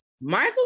Michael